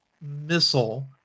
missile